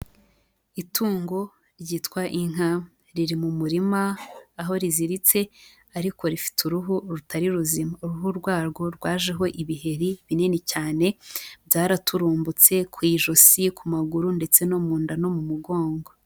Itungo ryitwa inka, riri mu murima aho riziritse, ariko rifite uruhu rutari ruzima, uruhu rwarwo rwajeho ibiheri binini cyane, byaraturumbutse, ku ijosi, ku maguru, ndetse no mu nda, no mu mugongo.